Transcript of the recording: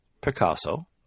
picasso